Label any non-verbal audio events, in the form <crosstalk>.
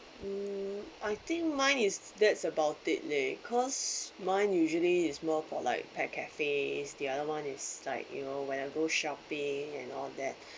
hmm I think mine is that's about it leh cause mine usually is more for like pet cafes the other one is like you know when I go shopping and all that <breath>